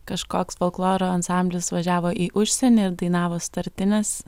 kažkoks folkloro ansamblis važiavo į užsienį dainavo sutartines